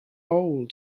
old